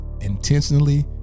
intentionally